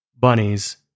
bunnies